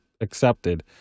accepted